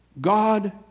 god